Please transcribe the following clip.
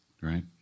right